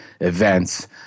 events